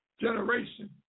generation